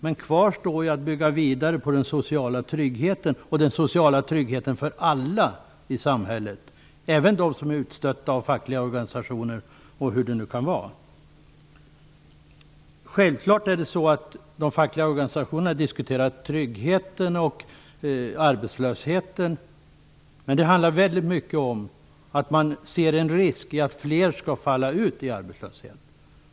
Men kvar står att bygga vidare på den sociala tryggheten för alla i samhället, även de som är utstötta av fackliga organisationer, eller hur det nu kan vara. Självfallet har de fackliga organisationerna diskuterat tryggheten och arbetslösheten. Men det handlar väldigt mycket om att man ser en risk i att flera skall falla ut i arbetslöshet.